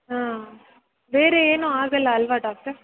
ಹಾಂ ಬೇರೆ ಏನು ಆಗಲ್ಲ ಅಲ್ವಾ ಡಾಕ್ಟರ್